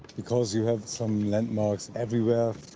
because you have some landmarks everywhere.